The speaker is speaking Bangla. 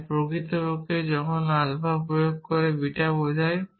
তাই প্রকৃতপক্ষে যখন আলফা প্রয়োগ করে বিটা বোঝায়